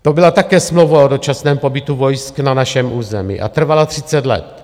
To byla také smlouva o dočasném pobytu vojsk na našem území a trvala třicet let.